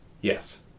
yes